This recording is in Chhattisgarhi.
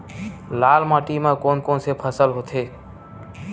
लाल माटी म कोन कौन से फसल होथे?